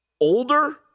older